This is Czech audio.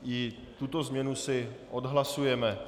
I tuto změnu si odhlasujeme.